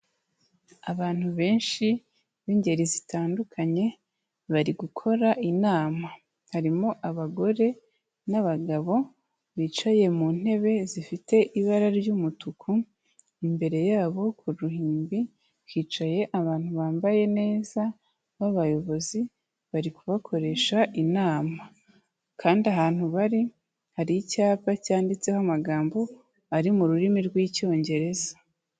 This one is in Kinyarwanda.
Abantu benshi b'ingeri zitandukanye bari gukora inama, harimo abagore n'abagabo bicaye mu ntebe zifite ibara ry'umutuku, imbere yabo ku ruhimbi hicaye abantu bambaye neza b'abayobozi, bari kubakoresha inama kandi ahantu bari hari icyapa cyanditseho amagambo ari mu rurimi rw'Icyongereza.